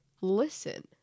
listen